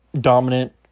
dominant